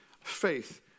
Faith